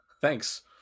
Thanks